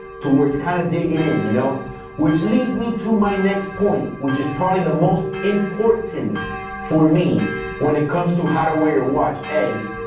to where it's kind of digging in. you know which leads me to my next point, which is probably the most important for me when it comes to how to wear your watch, is.